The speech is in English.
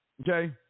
okay